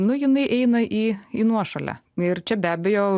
nu jinai eina į į nuošalę ir čia be abejo